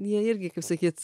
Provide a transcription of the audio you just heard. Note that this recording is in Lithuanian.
jie irgi kaip sakyt